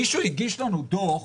מישהו הגיש לנו דוח,